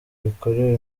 bikorewe